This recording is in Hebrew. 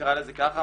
נקרא לזה כך,